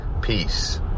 peace